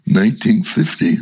1950